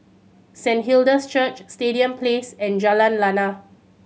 Saint Hilda's Church Stadium Place and Jalan Lana